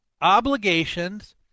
obligations